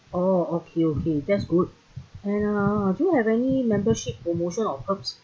oh okay okay that's good and uh do you have any membership promotion or perks